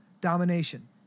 domination